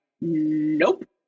nope